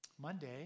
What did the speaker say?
Monday